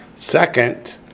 Second